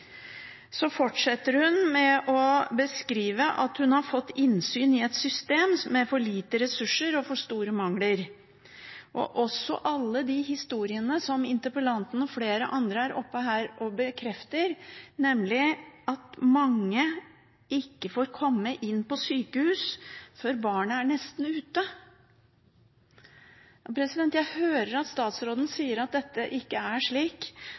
Så fortsetter hun med å beskrive at hun har fått innsyn i et system med for lite ressurser og for store mangler, noe som også blir bekreftet av alle de historiene som interpellanten og flere andre er oppe her og forteller, nemlig at mange ikke får komme inn på sykehus før barnet er nesten ute. Jeg hører at statsråden sier at det ikke er slik,